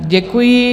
Děkuji.